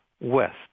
west